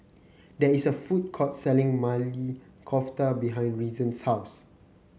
there is a food court selling Maili Kofta behind Reason's house